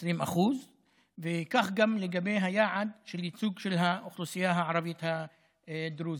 20%. כך גם לגבי היעד של ייצוג האוכלוסייה הערבית הדרוזית.